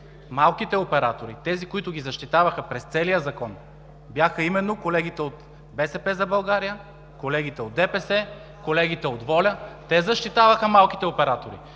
малките оператори, тези, които ги защитаваха през целия закон, бяха именно колегите от „БСП за България“, колегите от ДПС, колегите от „Воля“ – те защитаваха малките оператори,